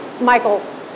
Michael